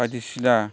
बायदिसिना